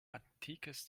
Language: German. antikes